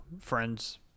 friends